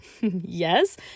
Yes